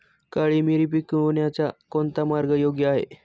काळी मिरी पिकवण्याचा कोणता मार्ग योग्य आहे?